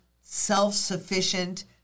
self-sufficient